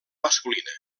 masculina